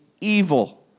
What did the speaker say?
evil